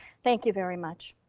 thank you very much.